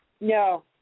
No